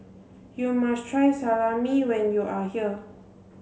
you must try Salami when you are here